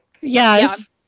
yes